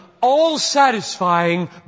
all-satisfying